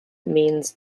means